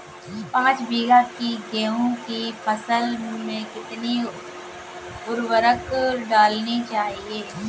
पाँच बीघा की गेहूँ की फसल में कितनी उर्वरक डालनी चाहिए?